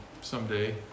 someday